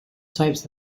types